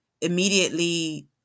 immediately